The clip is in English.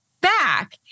back